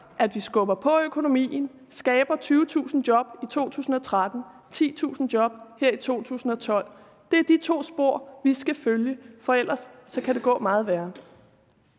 at vi skubber på økonomien, skaber 20.000 job i 2013 og 10.000 job her i 2012. Det er de to spor, vi skal følge, for ellers kan det gå meget værre.